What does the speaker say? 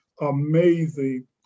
amazing